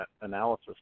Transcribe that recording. analysis